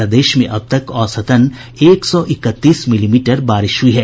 प्रदेश में अब तक औसतन एक सौ इकतीस मिलीमीटर बारिश हुयी है